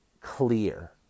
clear